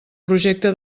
projecte